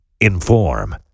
Inform